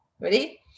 Ready